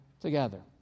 together